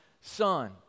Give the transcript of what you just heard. son